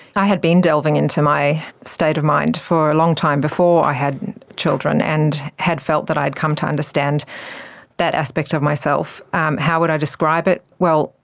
i had been delving into my state of mind for a long time before i had children, and had felt that i had come to understand that aspect of myself. how would i describe it? well,